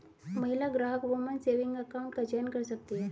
महिला ग्राहक woman saving account का चयन कर सकती है